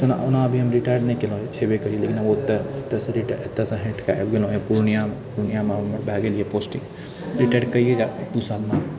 तऽ ओना अभी हम रिटायर नहि केलहुॅं है छेबै करि लेकिन आब ओतय रिटा ओतयसँ हटिके आबि गेलहुॅं है पूर्णियाँ पूर्णियाँमे हम भए गेलियै पोस्टिङ्ग रिटायर कइयै जाइब एक दू सालमे